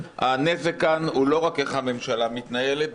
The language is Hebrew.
הנזק כאן הוא לא רק איך הממשלה מתנהלת,